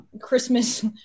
Christmas